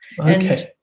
okay